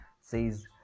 says